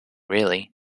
really